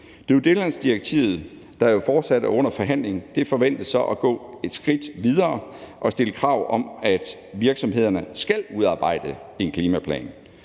Due diligence-direktivet, der jo fortsat er under forhandling, forventes at gå et skridt videre og stille krav om, at virksomhederne skal udarbejde en klimaplan.